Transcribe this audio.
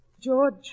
George